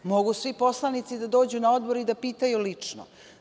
Mogu svi poslanici da dođu na Odbor i da pitaju lično.